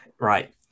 right